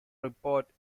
report